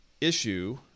issue